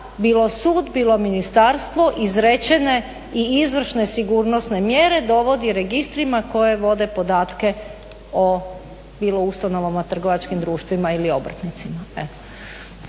bilo sud bilo ministarstvo izrečene i izvršne sigurnosne mjere dovodi registrima koje vode podatke bilo o ustanovama, trgovačkim društvima ili obrtnicima.